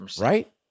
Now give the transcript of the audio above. right